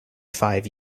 five